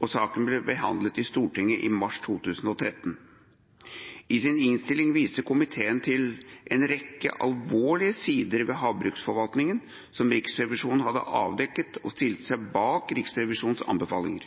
og saken ble behandlet i Stortinget i mars 2013. I sin innstilling viste komiteen til en rekke alvorlige sider ved havbruksforvaltningen som Riksrevisjonen hadde avdekket, og stilte seg bak